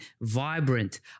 vibrant